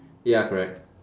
ya correct